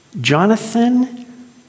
Jonathan